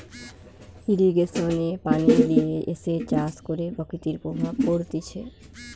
irrigation এ পানি লিয়ে এসে চাষ করে প্রকৃতির প্রভাব পড়তিছে